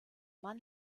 mann